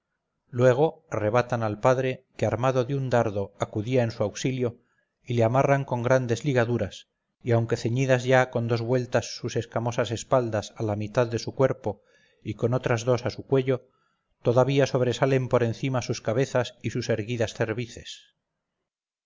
luego arrebatan al padre que armado de un dardo acudía en su auxilio y le amarran con grandes ligaduras y aunque ceñidas ya con dos vueltas sus escamosas espaldas a la mitad de su cuerpo y con otras dos a su cuello todavía sobresalen por encima sus cabezas y sus erguidas cervices